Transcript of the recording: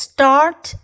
Start